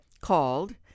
called